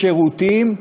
מצרכים ושירותים (רכבל)